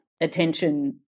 attention